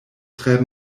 tre